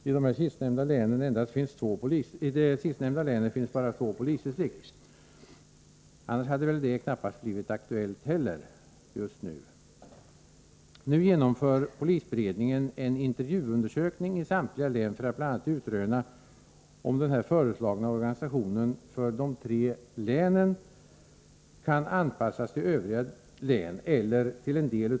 I det; sistnämnda, länet finns, bara.tyå; polisdistrikt annars hade-välndetta knappast, blivitiaktuellt; just nu, sbbo19d binorg si NWgenomför polisberedningeneniintervjuundersökning eng län för att; bloasströnasom den föreslagna organisationen, för ,de tre länen kan anpassas; till övriga läm eller, till; en, del.